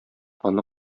аны